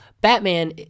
Batman